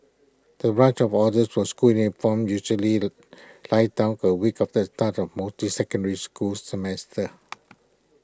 the rush of orders for school uniforms usually dies down A week after the start of most secondary school semesters